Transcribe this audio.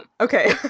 Okay